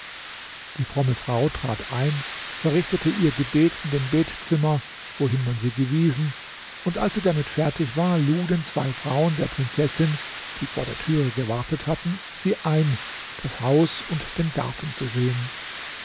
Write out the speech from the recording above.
die fromme frau trat ein verrichtete ihr gebet in dem betzimmer wohin man sie gewiesen und als sie damit fertig war luden zwei frauen der prinzessin die vor der türe gewartet hatten sie ein das haus und den garten zu sehen